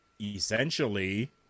essentially